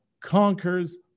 conquers